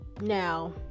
Now